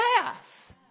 pass